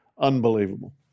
unbelievable